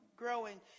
growing